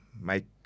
make